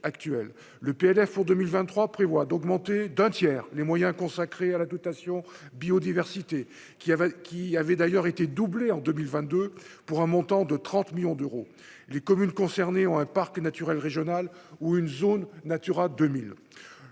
le PLF pour 2023 prévoit d'augmenter d'un tiers les moyens consacrés à la dotation biodiversité qui avait, qui avait d'ailleurs été doublés en 2022, pour un montant de 30 millions d'euros les communes concernées ont un parc naturel régional ou une zone Natura 2000,